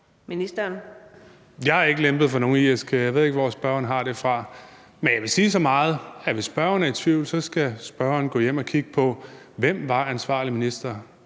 Jeg har ikke lempet noget for nogen IS-krigere; jeg ved ikke, hvor spørgeren har det fra. Men jeg vil sige så meget, at hvis spørgeren er i tvivl, skal spørgeren gå hjem og kigge på, hvem der var ansvarlig minister,